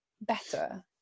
better